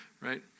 right